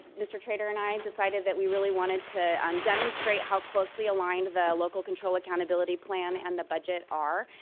mr. trader and i decided that we really wanted to um demonstrate how closely aligned the local control accountability plan and the budget are.